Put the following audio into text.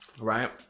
right